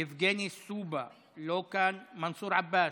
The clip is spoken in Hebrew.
יבגני סובה, לא כאן, מנסור עבאס,